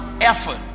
effort